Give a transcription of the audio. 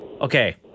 okay